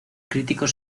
críticos